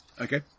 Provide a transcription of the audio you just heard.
Okay